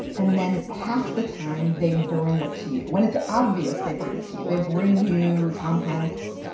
and then half the time they bring it to you when it's obvious they bring it to you. they bring you tom hanks,